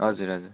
हजुर हजुर